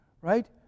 Right